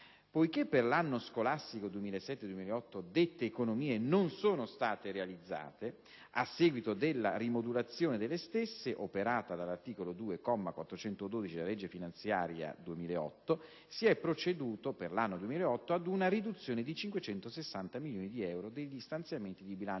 Poiché per l'anno scolastico 2007-2008 dette economie non sono state realizzate, a seguito della rimodulazione delle stesse, operata dall'articolo 2, comma 412, della legge finanziaria 2008, si è proceduto, per l'anno 2008, ad una riduzione di 560 milioni di euro degli stanziamenti di bilancio